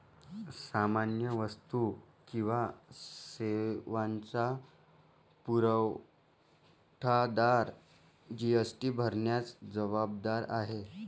सामान्य वस्तू किंवा सेवांचा पुरवठादार जी.एस.टी भरण्यास जबाबदार आहे